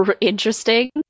interesting